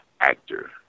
actor